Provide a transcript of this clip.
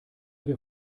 wir